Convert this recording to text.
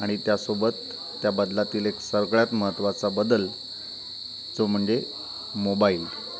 आणि त्यासोबत त्या बदलातील एक सगळ्यात महत्वाचा बदल जो म्हणजे मोबाईल